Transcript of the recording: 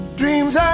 dreams